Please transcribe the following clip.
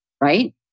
right